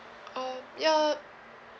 um ya